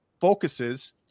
focuses